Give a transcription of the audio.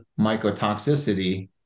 mycotoxicity